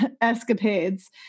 escapades